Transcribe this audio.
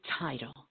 title